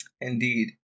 Indeed